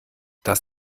dass